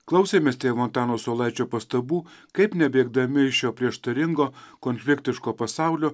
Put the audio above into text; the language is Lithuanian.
klausėmės tėvo antano saulaičio pastabų kaip nebėgdami šio prieštaringo konfliktiško pasaulio